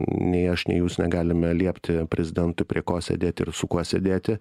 nei aš nei jūs negalime liepti prezidentui prie ko sėdėti ir su kuo sėdėti